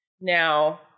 Now